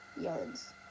yards